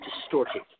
distorted